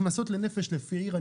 הכנסות לנפש לפי עיר,